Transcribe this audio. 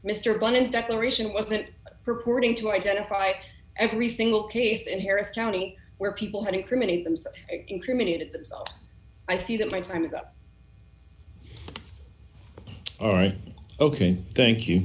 mr bunn is declaration wasn't purporting to identify every single case in harris county where people had incriminate themselves incriminate themselves i see that my time is up all right ok thank you